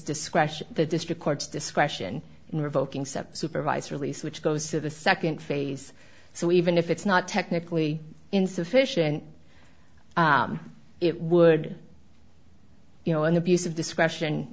discretion the district court's discretion and revoking step supervised release which goes to the second phase so even if it's not technically insufficient it would you know an abuse of discretion